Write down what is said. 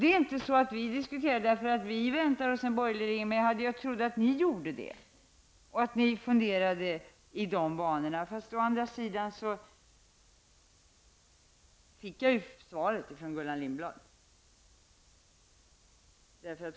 Vi diskuterar inte detta för att vi väntar oss en borgerlig regering, men jag trodde att ni gjorde det och att ni funderade i de banorna. Men egentligen fick jag svaret från Gullan Lindblad.